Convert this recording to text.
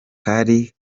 kari